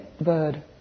bird